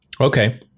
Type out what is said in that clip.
Okay